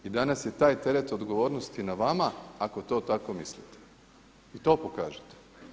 I danas je taj teret odgovornosti na vama ako to mislite i to pokažite.